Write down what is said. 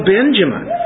Benjamin